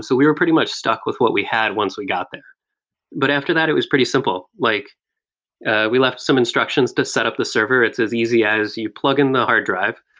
so we were pretty much stuck with what we had once we got there but after that, it was pretty simple. like ah we left some instructions to set up the server. it's as easy as you plug in the hard drive.